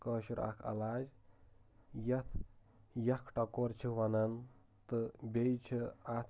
کٲشُر اَکھ عٮ۪لاج یَتھ یَکھ ٹَکور چھ وَنان تہٕ بییہِ چھ اَتھ